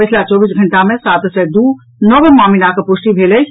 पछिला चौबीस घंटा मे सात सय दू नव मामिलाक पुष्टि भेल अछि